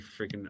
freaking